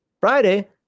Friday